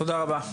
תודה רבה.